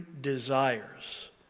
desires